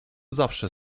zawsze